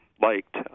liked